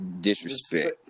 disrespect